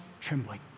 trembling